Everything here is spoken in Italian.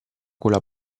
quella